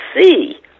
see